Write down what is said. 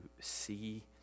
see